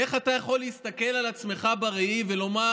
איך אתה יכול להסתכל על עצמך בראי ולומר: